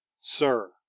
Sir